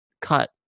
cut